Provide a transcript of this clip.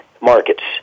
markets